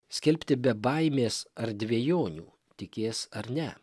skelbti be baimės ar dvejonių tikės ar ne